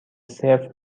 صفر